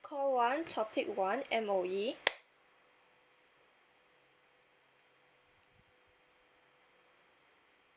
call one topic one M_O_E